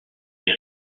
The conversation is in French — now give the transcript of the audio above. est